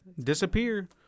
Disappear